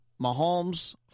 Mahomes